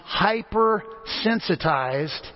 hypersensitized